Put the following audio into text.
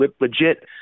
legit